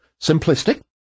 simplistic